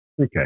Okay